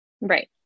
Right